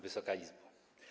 Wysoka Izbo!